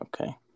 Okay